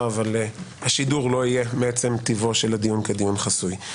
אבל השידור לא יהיה מעצם טיבו של הדיון כדיון חסוי.